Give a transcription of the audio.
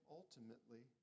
ultimately